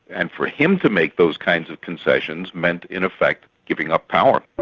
and for him to make those kinds of concessions, meant in effect, giving up power.